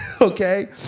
okay